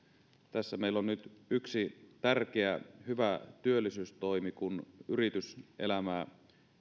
tässä meillä on nyt yksi tärkeä hyvä työllisyystoimi kun yrityselämää